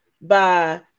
by-